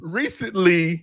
recently